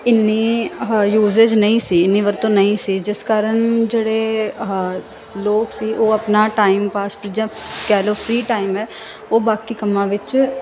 ਇੰਨੀ ਯੂਜਿਸ ਨਹੀਂ ਸੀ ਇੰਨੀ ਵਰਤੋਂ ਨਹੀਂ ਸੀ ਜਿਸ ਕਾਰਨ ਜਿਹੜੇ ਆਹਾ ਲੋਕ ਸੀ ਉਹ ਆਪਣਾ ਟਾਈਮ ਪਾਸਟ ਜਾਂ ਕਹਿ ਲਓ ਫਰੀ ਟਾਈਮ ਹੈ ਉਹ ਬਾਕੀ ਕੰਮਾਂ ਵਿੱਚ